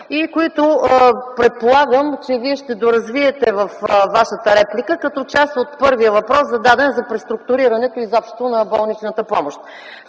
и които предполагам, че ще доразвиете във Вашата реплика като част от първия въпрос, зададен за преструктурирането изобщо на болничната помощ.